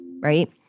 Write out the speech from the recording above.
right